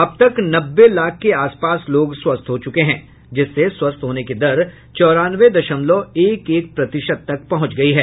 अब तक नब्बे लाख के आसपास लोग स्वस्थ हो चुके हैं जिससे स्वस्थ होने की दर चौरानवे दशमलव एक एक प्रतिशत तक पहुंच गई है